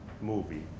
movie